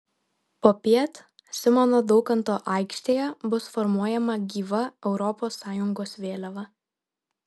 popiet simono daukanto aikštėje bus formuojama gyva europos sąjungos vėliava